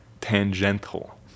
tangential